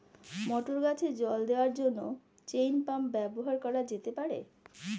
মটর গাছে জল দেওয়ার জন্য চেইন পাম্প ব্যবহার করা যেতে পার?